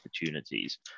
opportunities